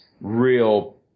real